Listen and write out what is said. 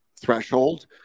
threshold